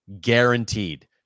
Guaranteed